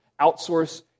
outsource